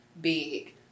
big